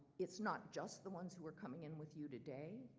it's not just the ones who are coming in with you today,